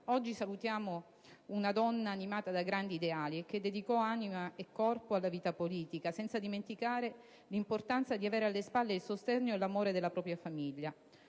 Oggi salutiamo una donna animata da grandi ideali e che si dedicò anima e corpo alla vita politica, senza dimenticare l'importanza di avere alle spalle il sostegno e l'amore della propria famiglia;